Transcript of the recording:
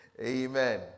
Amen